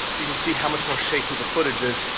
you can see how much more shaky the footage is.